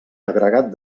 agregat